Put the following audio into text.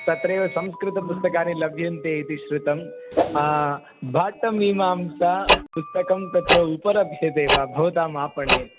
तत्रैव संस्कृतपुस्तकानि लभ्यन्ते इति श्रुतं भाट्टमीमांसापुस्तकं तत्र उपलभ्यते वा भवतामापणे